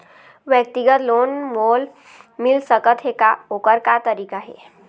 व्यक्तिगत लोन मोल मिल सकत हे का, ओकर का तरीका हे?